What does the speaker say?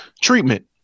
treatment